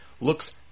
looks